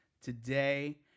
today